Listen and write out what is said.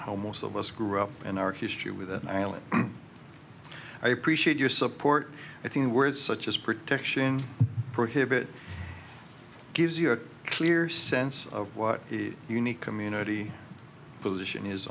how most of us grew up in our history with an island i appreciate your support i think words such as protection prohibit gives you a clear sense of what the unique community position is